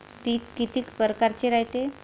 पिकं किती परकारचे रायते?